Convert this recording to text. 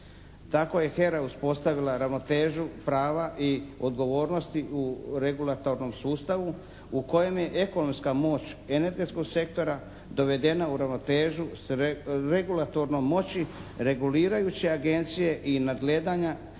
Tako je HERA uspostavila ravnotežu prava i odgovornosti u regulatornom sustavu u kojem je ekonomska moć energetskog sektora dovedena u ravnotežu sa regulatornom moći regulirajući agencije i nadgledanja